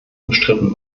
umstritten